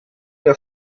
der